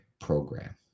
program